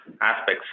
aspects